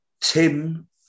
Tim